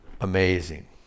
Amazing